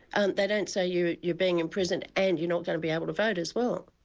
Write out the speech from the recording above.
and they don't say you're you're being imprisoned and you're not going to be able to vote as well.